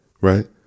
right